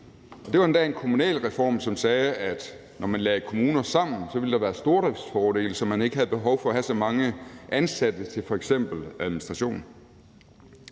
det var endda en kommunalreform, som sagde, at når man lagde kommuner sammen, ville der være stordriftsfordele, så man ikke havde behov for at have så mange ansatte til f.eks. administration.